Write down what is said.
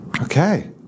okay